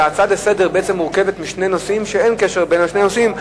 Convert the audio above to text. וההצעה לסדר-היום בעצם מורכבת משני נושאים ואין קשר בין שני הנושאים,